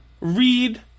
read